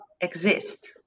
exist